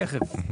תכף.